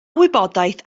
wybodaeth